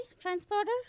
transporter